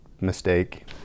mistake